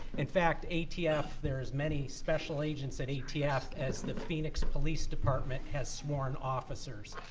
in fact, atf there are as many special agents at atf as the phoenix police department has sworn officers.